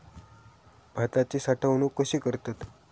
भाताची साठवूनक कशी करतत?